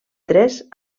tres